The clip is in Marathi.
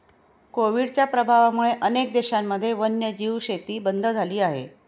कोविडच्या प्रभावामुळे अनेक देशांमध्ये वन्यजीव शेती बंद झाली आहे